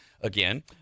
again